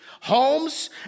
homes